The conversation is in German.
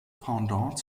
pendant